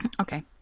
okay